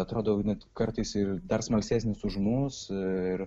atrodo net kartais ir dar smalsesnis už mus ir